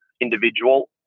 individual